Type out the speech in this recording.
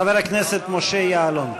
חבר הכנסת משה יעלון.